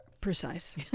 precise